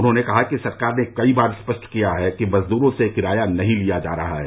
उन्होंने कहा कि सरकार ने कई बार स्पष्ट किया है कि मजदूरों से किराया नहीं लिया जा रहा है